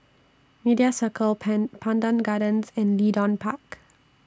Media Circle Pan Pandan Gardens and Leedon Park